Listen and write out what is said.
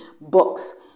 books